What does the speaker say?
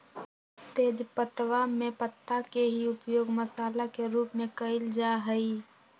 तेजपत्तवा में पत्ता के ही उपयोग मसाला के रूप में कइल जा हई